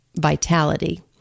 vitality